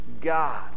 God